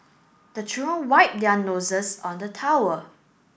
the children wipe their noses on the towel